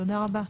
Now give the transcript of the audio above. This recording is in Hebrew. תודה רבה.